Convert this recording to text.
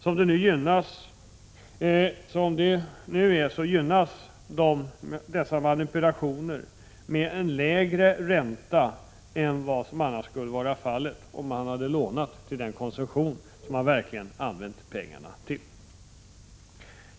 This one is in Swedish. Som det nu är gynnas dessa manipulationer med en lägre ränta än vad som annars skulle vara fallet, om man hade lånat till den konsumtion som man verkligen använt pengarna till.